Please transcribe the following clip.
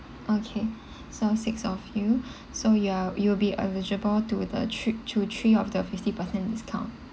okay so six of you so you're you'll be eligible to the trip to three of the fifty percent discount